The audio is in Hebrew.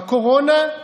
בקורונה,